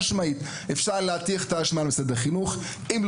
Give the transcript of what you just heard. אפשר להטיח האשמות במשרד החינוך אבל גם